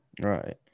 Right